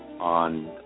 on